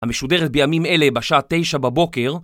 המשודרת בימים אלה בשעה תשע בבוקר